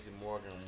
Morgan